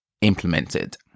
implemented